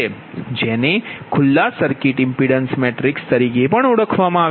જેને ખુલ્લા circuit impedance matrix તરીકે પણ ઓળખવામાં આવે છે